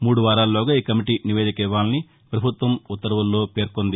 మూడు వారాల్లోగా ఈ కమిటీ నివేదిక ఇవ్వాలని పభుత్వం ఉత్తర్వుల్లో పేర్కొంది